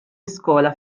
iskola